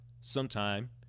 sometime